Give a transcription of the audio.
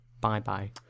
Bye-bye